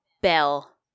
bell